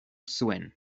zuen